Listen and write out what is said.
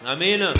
Amen